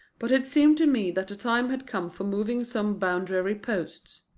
but it seemed to me that the time had come for moving some boundary-posts.